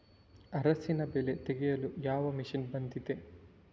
ಅರಿಶಿನ ಬೆಳೆ ತೆಗೆಯಲು ಯಾವ ಮಷೀನ್ ಬಂದಿದೆ?